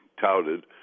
touted